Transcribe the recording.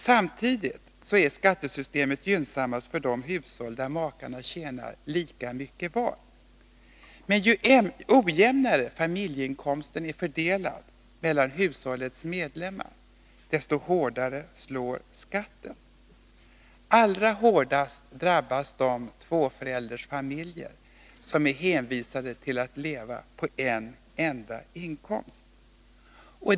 Skattesystemet är samtidigt gynnsammast för de hushåll där makarna tjänar lika mycket var. Men ju ojämnare familjeinkomsten är fördelad mellan hushållets medlemmar, desto hårdare slår skatten. Allra hårdast drabbas de tvåföräldersfamiljer som är hänvisade till att leva på en enda inkomst.